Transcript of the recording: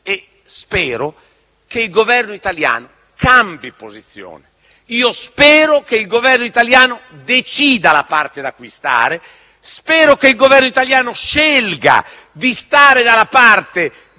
e spero che il Governo italiano cambi posizione. Spero che il Governo italiano decida da che parte stare. Spero che il Governo italiano scelga di stare dalla parte